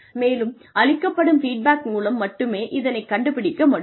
மேலும் அளிக்கப்படும் ஃபீட்பேக் மூலம் மட்டுமே இதனைக் கண்டுபிடிக்க முடியும்